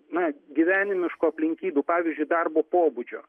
na gyvenimiškų aplinkybių pavyzdžiui darbo pobūdžio